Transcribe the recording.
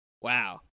Wow